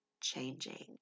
changing